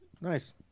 nice